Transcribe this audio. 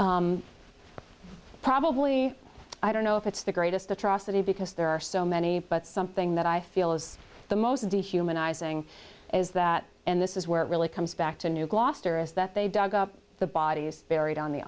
so probably i don't know if it's the greatest atrocity because there are so many but something that i feel is the most dehumanizing is that and this is where it really comes back to new gloucester is that they dug up the bodies buried on the